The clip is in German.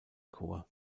chor